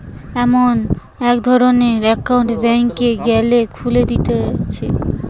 এমন ধরণের একউন্ট ব্যাংকে গ্যালে খুলে দিতেছে